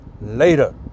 later